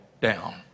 down